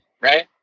Right